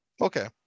okay